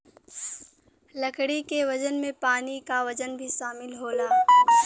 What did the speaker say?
लकड़ी के वजन में पानी क वजन भी शामिल होला